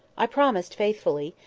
i promised faithfully,